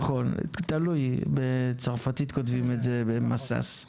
נכון, תלוי, בצרפתית כותבים את זה מסס.